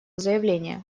заявление